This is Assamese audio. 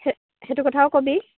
সে সেইটো কথাও কবি